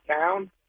town